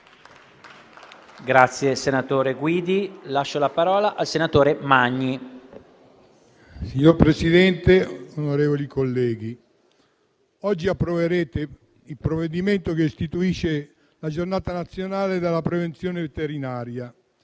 Signor Presidente, onorevoli colleghi, oggi approverete il provvedimento che istituisce la Giornata nazionale della prevenzione veterinaria.